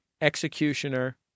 executioner